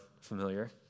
familiar